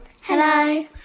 Hello